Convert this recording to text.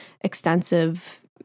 extensive